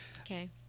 Okay